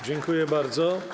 Dziękuję bardzo.